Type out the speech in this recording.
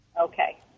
Okay